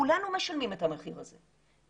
כולנו משלמים את המחיר הזה.